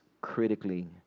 critically